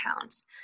pounds